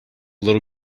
little